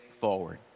forward